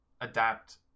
adapt